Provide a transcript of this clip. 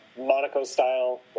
Monaco-style